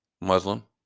Muslim